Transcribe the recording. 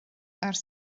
ers